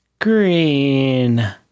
green